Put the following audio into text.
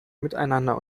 miteinander